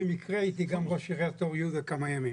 במקרה הייתי גם ראש עיריית אור יהודה כמה ימים.